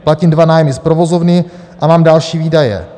Platím dva nájmy z provozovny a mám další výdaje.